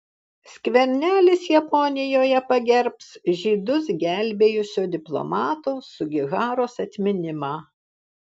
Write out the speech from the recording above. skvernelis japonijoje pagerbs žydus gelbėjusio diplomato sugiharos atminimą